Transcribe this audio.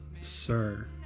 sir